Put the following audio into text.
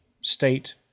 state